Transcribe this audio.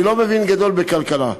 אני לא מבין גדול בכלכלה,